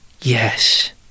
yes